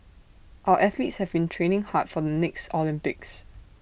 our athletes have been training hard for the next Olympics